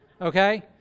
Okay